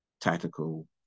tactical